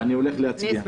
אני הולך להצביע.